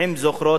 עובדה.